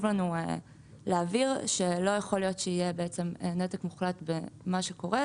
לנו להבהיר שלא יכול להיות שיהיה בעצם נתק מוחלט במה שקורה.